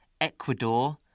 Ecuador